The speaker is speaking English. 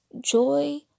joy